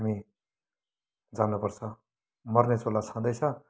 हामी जानु पर्छ मर्ने चोला छँदैछ